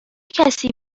کسی